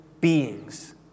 beings